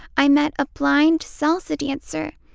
i met a blind salsa dancer.